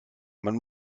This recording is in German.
man